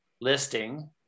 listing